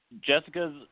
Jessica's